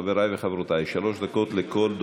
חבריי וחברותיי, שלוש דקות לכל דובר.